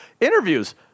interviews